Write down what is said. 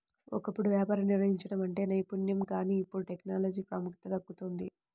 ఒకప్పుడు వ్యాపారం నిర్వహించడం అంటే నైపుణ్యం కానీ ఇప్పుడు టెక్నాలజీకే ప్రాముఖ్యత దక్కుతోంది